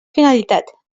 finalitat